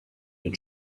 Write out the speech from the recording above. your